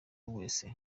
wese